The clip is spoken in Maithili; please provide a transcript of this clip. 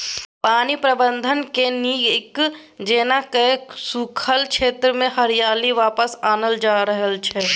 पानि प्रबंधनकेँ नीक जेना कए सूखल क्षेत्रमे हरियाली वापस आनल जा रहल छै